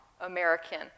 American